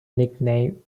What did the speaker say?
nickname